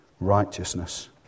righteousness